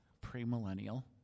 pre-millennial